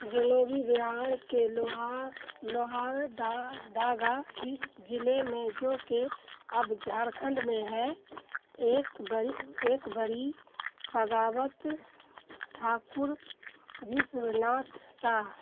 جنوبی بہار کے لوہا لوہار ڈاگاہی ضلعے میں جو کہ اب جھارکھنڈ میں ہے ایک ایک بڑی بغاوت ٹھاکر وشوناتھ ساہ